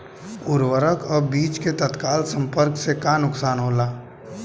उर्वरक अ बीज के तत्काल संपर्क से का नुकसान होला?